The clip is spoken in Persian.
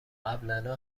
قبلنا